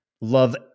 love